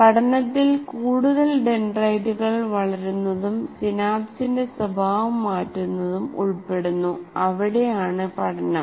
പഠനത്തിൽ കൂടുതൽ ഡെൻഡ്രൈറ്റുകൾ വളരുന്നതും സിനാപ്സിന്റെ സ്വഭാവം മാറ്റുന്നതും ഉൾപ്പെടുന്നു അവിടെയാണ് പഠനം